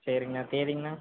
சரிங்கண்ணா தேதிங்கண்ணா